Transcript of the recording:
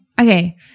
okay